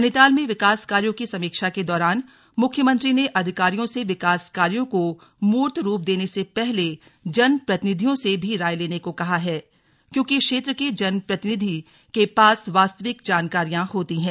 नैनीताल में विकास कार्यों की समीक्षा के दौरान मुख्यमंत्री ने अधिकारियों से विकास कार्यों को मूर्तरूप देने से पहले जनप्रतिनिधियों से भी राय लेने को कहा है क्योंकि क्षेत्र के जनप्रतिनिधि के पास वास्तविक जानकारियां होती है